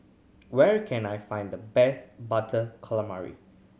where can I find the best Butter Calamari